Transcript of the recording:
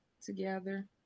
together